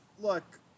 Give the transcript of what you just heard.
look